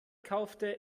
kaufte